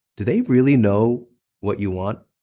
do they really know what you want?